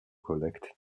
collect